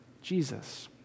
Jesus